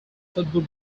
football